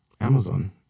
Amazon